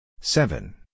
seven